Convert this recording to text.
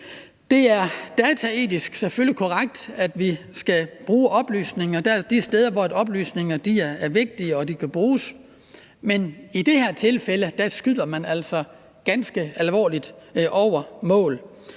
Det er dataetisk selvfølgelig korrekt, at vi skal bruge oplysninger de steder, hvor oplysninger er vigtige og kan bruges. Men i det her tilfælde skyder man ganske alvorligt over målet